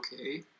okay